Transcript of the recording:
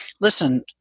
listen